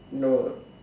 no